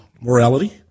morality